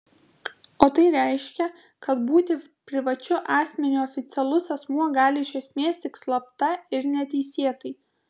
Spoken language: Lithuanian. o tai reiškia kad būti privačiu asmeniu oficialus asmuo gali iš esmės tik slapta ir neteisėtai